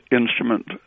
Instrument